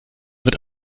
wird